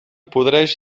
podreix